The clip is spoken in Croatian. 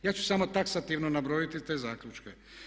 Ja ću samo taksativno nabrojiti te zaključke.